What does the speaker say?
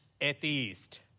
atheist